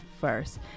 first